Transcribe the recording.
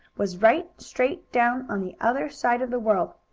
was right straight down on the other side of the world,